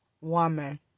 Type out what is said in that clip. woman